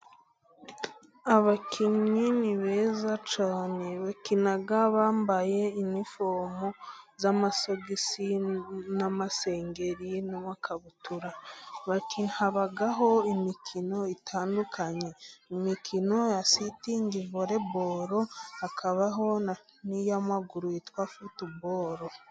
Abakinnyi ni beza cyane ,bakina bambaye inifomu z'amasogisi ,n'amasengeri n'amakabutura baki habaho imikino itandukanye: imikino ya sitingivolebalo ,hakabaho n'iy'amaguru yitwa futubolo.